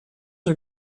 are